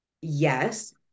yes